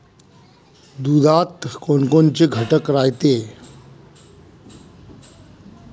दुधात कोनकोनचे घटक रायते?